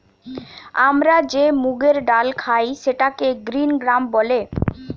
আমরা যে মুগের ডাল খাই সেটাকে গ্রিন গ্রাম বলে